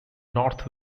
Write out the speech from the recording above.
north